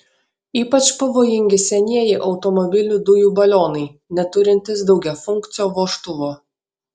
ypač pavojingi senieji automobilių dujų balionai neturintys daugiafunkcio vožtuvo